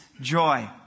joy